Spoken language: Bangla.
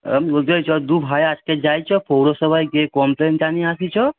আমি বলতে চাই চ দু ভাই আজকের যাই চ পৌরসভায় গিয়ে কমপ্লেন জানিয়ে আসি চ